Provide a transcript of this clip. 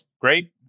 great